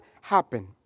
happen